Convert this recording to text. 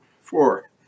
four